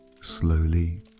slowly